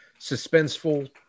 suspenseful